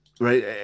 right